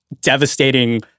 devastating